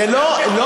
זה לא